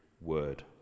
word